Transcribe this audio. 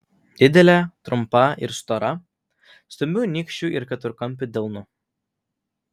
didelė trumpa ir stora stambiu nykščiu ir keturkampiu delnu